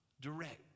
Direct